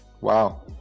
Wow